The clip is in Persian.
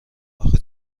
آخه